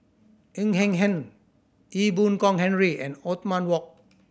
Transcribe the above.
Ng Hen Hen Ee Boon Kong Henry and Othman Wok